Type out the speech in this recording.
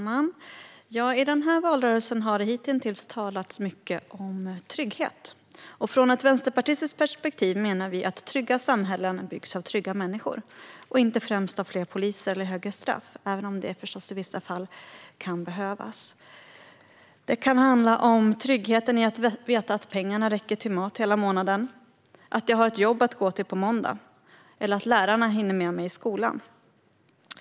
Herr talman! I den här valrörelsen har det hitintills talats mycket om trygghet, och från ett vänsterpartistiskt perspektiv menar vi att trygga samhällen byggs av trygga människor och inte främst av fler poliser eller högre straff, även om det i vissa fall kan behövas. Det kan handla om tryggheten i att veta att pengarna räcker till mat hela månaden, att jag har ett jobb att gå till på måndag eller att lärarna hinner med mig i skolan.